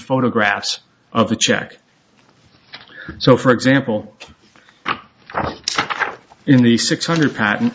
photographs of the check so for example in the six hundred patent